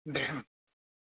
दे